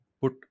put